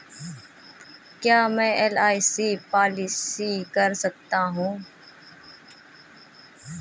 क्या मैं LIC policy कर सकता हूं?